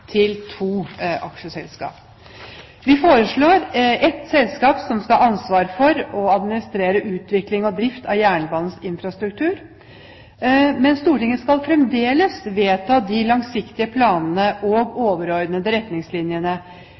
til to aksjeselskaper. Vi foreslår ett selskap som skal ha ansvar for å administrere utvikling og drift av jernbanens infrastruktur. Stortinget skal fremdeles vedta de langsiktige planene og overordnede retningslinjene,